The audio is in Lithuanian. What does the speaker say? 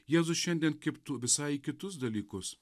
jėzus šiandien kibtų visai į kitus dalykus